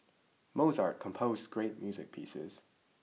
Mozart composed great music pieces